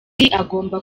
agomba